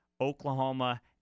Oklahoma